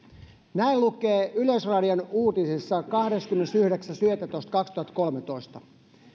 näin lukee yleisradion uutisissa kahdeskymmenesyhdeksäs yhdettätoista kaksituhattakolmetoista